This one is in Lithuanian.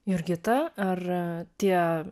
jurgita ar tie